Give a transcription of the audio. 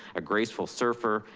a graceful surfer,